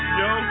yo